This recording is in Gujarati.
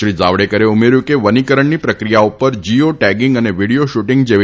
શ્રી જાવડેકરે ઉમેર્થું હતું કે વનીકરણની પ્રક્રિયા ઉપર જીઓટેગીંગ અને વિડીયો શ્રૂટિંગ જેવી